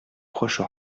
proche